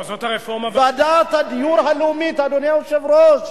ועדת הדיור הלאומית, אדוני היושב-ראש,